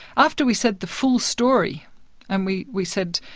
after we said the full story and we we said,